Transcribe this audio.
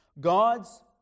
God's